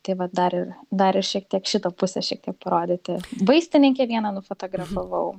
tai vat dar ir dar ir šiek tiek šito pusės šiek tiek parodyti vaistininkę vieną nufotografavau